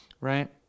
right